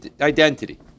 identity